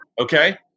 okay